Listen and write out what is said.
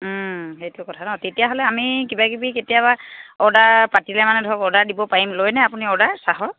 সেইটো কথা নহ্ তেতিয়াহ'লে আমি কিবা কিবি কেতিয়াবা অৰ্ডাৰ পাতিলে মানে ধৰক অৰ্ডাৰ দিব পাৰিম লয়নে আপুনি অৰ্ডাৰ চাহৰ